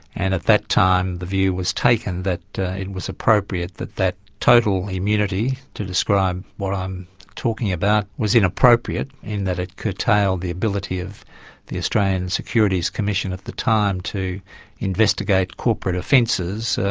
and at that time, the view was taken that it was appropriate that that total immunity, to describe what i'm talking about, was inappropriate, in that it curtailed the ability of the australian securities commission at the time to investigate corporate offences,